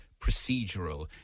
procedural